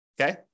Okay